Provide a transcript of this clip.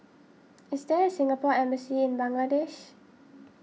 is there a Singapore Embassy in Bangladesh